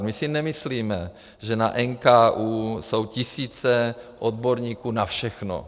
My si nemyslíme, že na NKÚ jsou tisíce odborníků na všechno.